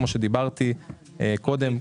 כמו שדיברתי קודם,